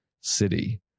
City